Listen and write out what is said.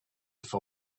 for